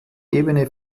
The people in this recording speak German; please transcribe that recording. ebene